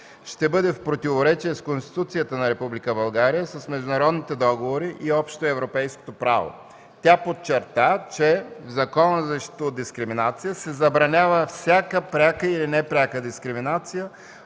ще бъде в противоречие с Конституцията на Република България, с международните договори и общоевропейското право. Тя подчерта, че в Закона за защита от дискриминация се забранява всяка пряка или непряка дискриминация,